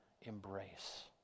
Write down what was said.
embrace